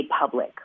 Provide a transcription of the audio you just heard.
public